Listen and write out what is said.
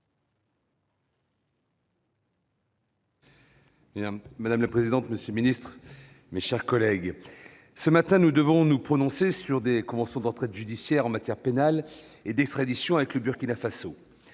Madame la présidente, monsieur le secrétaire d'État, mes chers collègues, ce matin, nous devons nous prononcer sur des conventions d'entraide judiciaire, en matière pénale et d'extradition, avec le Burkina Faso.